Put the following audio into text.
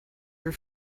your